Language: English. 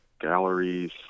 galleries